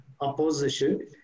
opposition